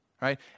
right